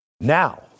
Now